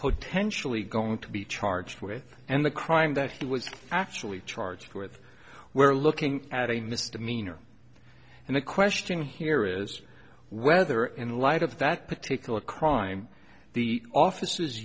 potentially going to be charged with and the crime that he was actually charged with where looking at a misdemeanor and the question here is whether in light of that particular crime the officers